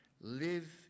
live